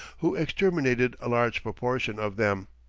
who exterminated a large proportion of them.